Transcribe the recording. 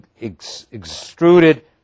extruded